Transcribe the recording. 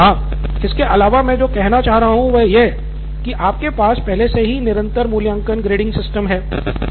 professor हाँ इसके अलावा मैं जो कहना चाह रहा हूँ वे यह की आपके पास पहले से ही निरंतर मूल्यांकन ग्रेडिंग सिस्टम है